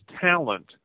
talent